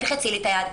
תלחצי לי את היד,